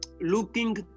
looking